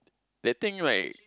that thing right